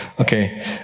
Okay